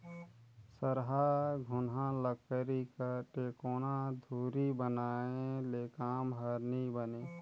सरहा घुनहा लकरी कर टेकोना धूरी बनाए ले काम हर नी बने